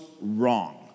wrong